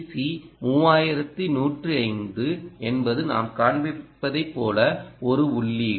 C 3105 என்பது நாம் காண்பிப்பதைப் போல ஒரு உள்ளீடு